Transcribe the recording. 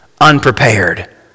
unprepared